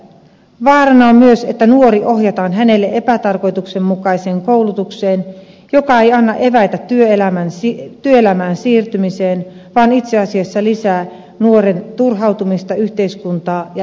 vaarana on myös että nuori ohjataan hänelle epätarkoituksenmukaiseen koulutukseen joka ei anna eväitä työelämään siirtymiseen vaan itse asiassa lisää nuoren turhautumista yhteiskuntaa ja elämää kohtaan